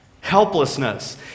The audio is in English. Helplessness